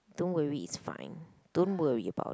don't worry it's fine don't worry about